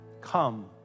Come